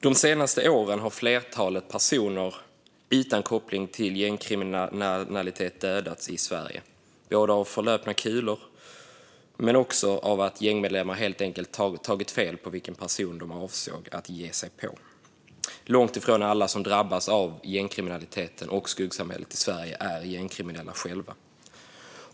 De senaste åren har ett flertal personer utan koppling till gängkriminalitet dödats i Sverige, både av förlupna kulor och av att gängmedlemmar helt enkelt tagit fel på vilken person de gav sig på. Långt ifrån alla som drabbas av gängkriminaliteten och skuggsamhället i Sverige är gängkriminella själva.